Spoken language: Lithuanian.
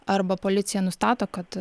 arba policija nustato kad